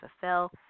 fulfill